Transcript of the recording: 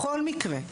בכל מקרה,